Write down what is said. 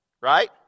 right